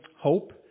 hope